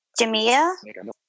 Jamia